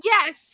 Yes